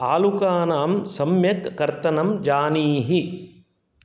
आलुकानां सम्यक् कर्तनं जानीहि